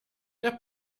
der